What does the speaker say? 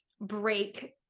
break